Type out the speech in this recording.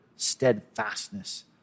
steadfastness